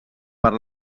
per